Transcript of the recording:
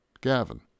Gavin